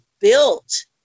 built